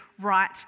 right